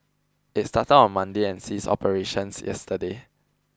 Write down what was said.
it started on Monday and ceased operations yesterday